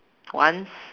once